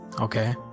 Okay